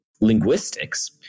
linguistics